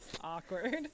Awkward